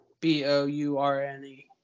B-O-U-R-N-E